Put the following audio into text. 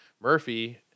Murphy